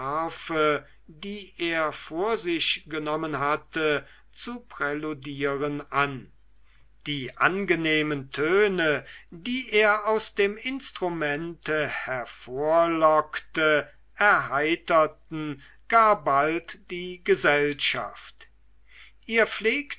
die er vor sich genommen hatte zu präludieren an die angenehmen töne die er aus dem instrumente hervorlockte erheiterten gar bald die gesellschaft ihr pflegt